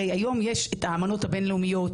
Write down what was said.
הרי היום יש אמנות בין-לאומיות,